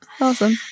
Awesome